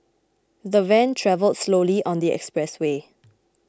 the van travelled slowly on the expressway